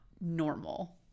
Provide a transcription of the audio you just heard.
normal